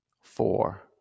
four